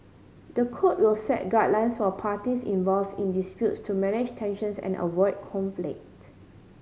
the code will set guidelines for parties involved in disputes to manage tensions and avoid conflict